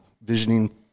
visioning